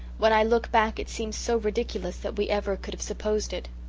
when i look back it seems so ridiculous that we ever could have supposed it.